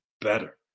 better